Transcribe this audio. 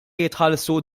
jitħallsu